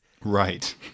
Right